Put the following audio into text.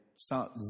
start